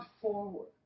forward